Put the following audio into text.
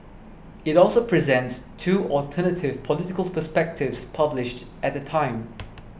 it also presents two alternative political perspectives published at the time